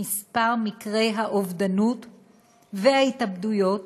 מספר מקרי האובדנות וההתאבדויות,